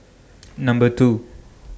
Number two